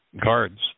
guards